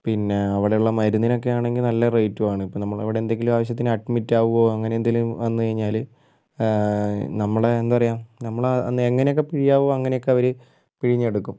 പിന്നെ അവിടെയുള്ള മരുന്നിനൊക്കെയാണെങ്കിൽ നല്ല റേറ്റുമാണ് ഇപ്പം നമ്മളവിടെ എന്തെങ്കിലും ആവശ്യത്തിന് അഡ്മിറ്റാവുകയോ അങ്ങനെ എന്തേലും വന്നു കഴിഞ്ഞാൽ നമ്മളെ എന്താ പറയുക നമ്മളെ എങ്ങനൊക്കെ പിഴിയാമോ അങ്ങനെയൊക്കെ അവർ പിഴിഞ്ഞെടുക്കും